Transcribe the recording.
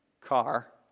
car